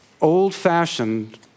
old-fashioned